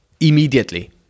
Immediately